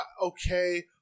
Okay